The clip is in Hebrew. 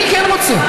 אני כן רוצה,